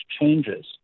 changes